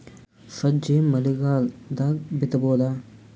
ಸಜ್ಜಿ ಮಳಿಗಾಲ್ ದಾಗ್ ಬಿತಬೋದ?